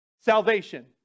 salvation